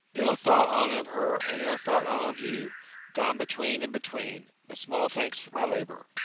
ill thought on of her and ill thought on of you gone between and between, but small thanks for my labour.